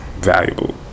valuable